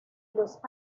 los